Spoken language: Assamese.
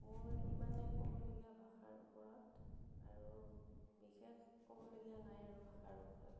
মোৰ ইমানেই ক'বলগীয়া ভাষাৰ ওপৰত আৰু বিশেষ ক'বলগীয়া নাই আৰু ভাষাৰ ওপৰত